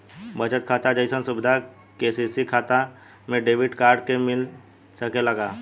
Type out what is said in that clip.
बचत खाता जइसन सुविधा के.सी.सी खाता में डेबिट कार्ड के मिल सकेला का?